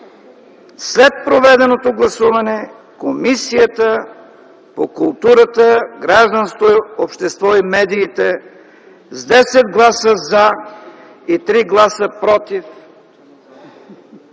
„След проведеното гласуване, Комисията по културата, гражданското общество и медиите с 10 гласа „за” и 3 гласа „против”